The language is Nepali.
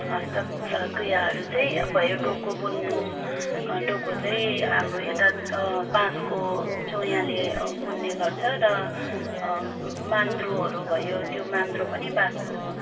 हस्त क्रियाहरू चाहिँ भयो डोको बुन्नु डोको चाहिँ हाम्रो यता बाँसको चोयाले बुन्ने गर्छ र मान्द्रोहरू भयो त्यो मान्द्रो पनि बाँसको